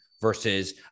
versus